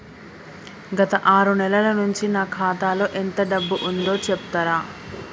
గత ఆరు నెలల నుంచి నా ఖాతా లో ఎంత డబ్బు ఉందో చెప్తరా?